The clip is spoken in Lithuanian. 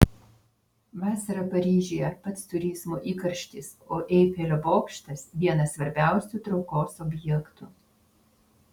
vasarą paryžiuje pats turizmo įkarštis o eifelio bokštas vienas svarbiausių traukos objektų